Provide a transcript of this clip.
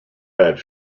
bad